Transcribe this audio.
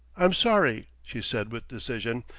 i'm sorry, she said with decision,